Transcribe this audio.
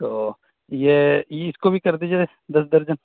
تو یہ اس کو بھی کر دیجیے دس درجن